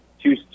two